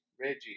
Reggie